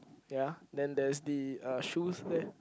ya then there's the uh shoes there